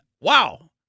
wow